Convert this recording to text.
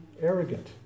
arrogant